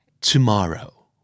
tomorrow